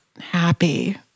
happy